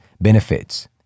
benefits